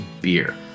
beer